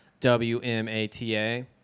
WMATA